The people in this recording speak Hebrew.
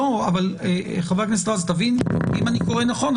אם אני קורא נכון,